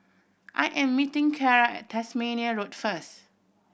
I am meeting Carra at Tasmania Road first